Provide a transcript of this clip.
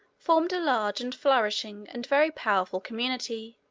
formed a large, and flourishing, and very powerful community,